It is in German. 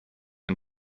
ein